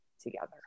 together